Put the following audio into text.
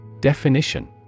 Definition